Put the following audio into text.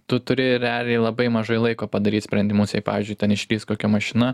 tu turi realiai labai mažai laiko padaryt sprendimus jei pavyzdžiui ten išlįs kokia mašina